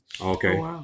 okay